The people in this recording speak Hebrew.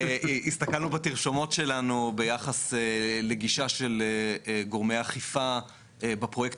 הסתכלנו בתרשומות שלנו ביחס לגישה של גורמי אכיפה בפרויקט